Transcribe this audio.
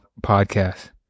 Podcast